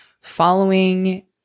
following